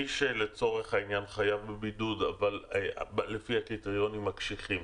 מי שלצורך העניין חייב בבידוד לפי הקריטריונים הקשיחים,